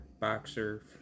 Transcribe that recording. boxer